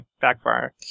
backfire